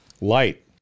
Light